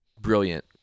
Brilliant